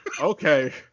Okay